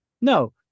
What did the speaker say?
No